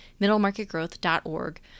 middlemarketgrowth.org